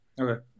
Okay